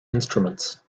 instruments